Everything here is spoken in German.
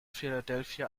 philadelphia